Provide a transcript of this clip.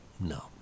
No